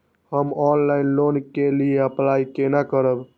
हम online loan के लिए अप्लाई केना करब?